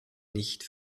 nicht